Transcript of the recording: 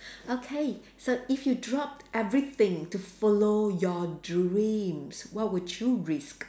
okay so if you drop everything to follow your dreams what would you risk